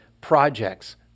projects